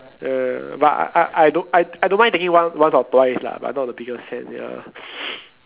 uh but I I don't I I don't mind taking once or twice lah but not the biggest fan ya